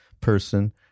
person